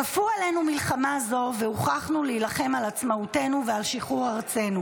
"כפו עלינו מלחמה זו והוכרחנו להילחם על עצמאותנו ועל שחרור ארצנו.